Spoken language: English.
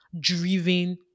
driven